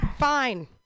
Fine